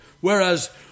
Whereas